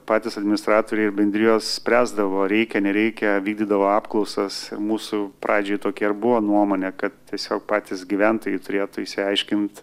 patys administratoriai bendrijos spręsdavo reikia nereikia vykdydavo apklausas ir mūsų pradžiai tokia ir buvo nuomonė kad tiesiog patys gyventojai turėtų išsiaiškint